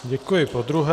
Děkuji podruhé.